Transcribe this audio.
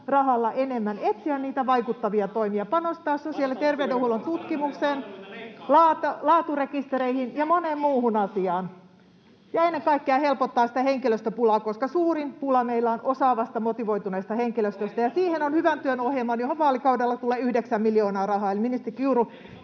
rahalla enemmän, etsimään niitä vaikuttavia toimia, panostamaan sosiaali- ja tervey-denhuollon tutkimukseen, laaturekistereihin ja moneen muuhun asiaan ja ennen kaikkea helpottamaan sitä henkilöstöpulaa, koska suurin pula meillä on osaavasta, motivoituneesta henkilöstöstä, ja siihen on hyvän työn ohjelma, johon vaalikaudella tulee yhdeksän miljoonaa rahaa.